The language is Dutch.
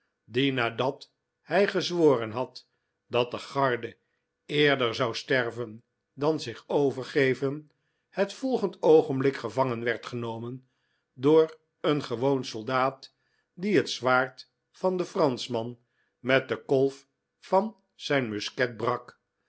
die nadat hij gezworen had dat de garde eerder zou sterven dan zich overgeven het volgend oogenblik gevangen werd genomen door een gewoon soldaat die het zwaard van den franschman met de kolf van zijn musket brak